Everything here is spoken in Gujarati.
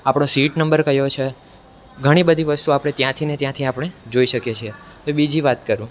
આપણો સીટ નંબર કયો છે ઘણી બધી વસ્તુઓ આપણે ત્યાંથીને ત્યાંથી આપણે જોઈ શકીએ છીએ હવે બીજી વાત કરું